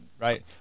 right